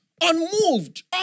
Unmoved